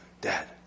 dad